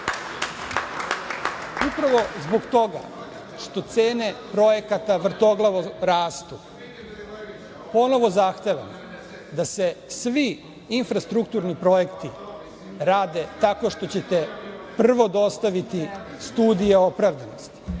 zbog toga što cene projekata vrtoglavo rastu, ponovo zahtevam da se svi infrastrukturni projekti rade tako što ćete prvo dostaviti studije opravdanosti,